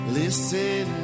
listen